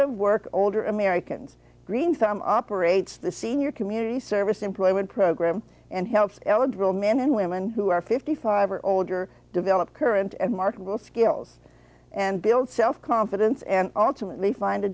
of work older americans operates the senior community service employment program and helps elad real men and women who are fifty five or older develop current and marketable skills and build self confidence and ultimately find a